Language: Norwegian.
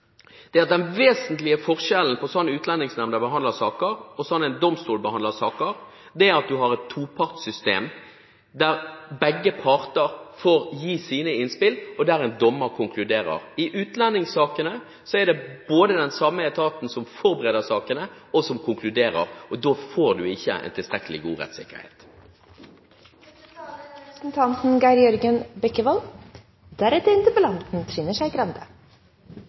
har et topartssystem, der begge parter får gi sine innspill og en dommer konkluderer. I utlendingssakene er det den samme etaten som både forbereder sakene og konkluderer, og da får man ikke en tilstrekkelig god rettssikkerhet.